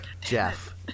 Jeff